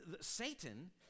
satan